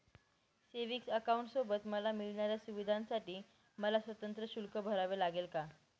Savings अकाउंटसोबत मला मिळणाऱ्या सुविधांसाठी मला स्वतंत्र शुल्क भरावे लागेल का?